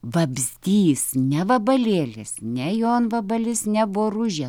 vabzdys ne vabalėlis ne jonvabalis ne boružė